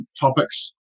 topics